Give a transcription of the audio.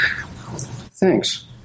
Thanks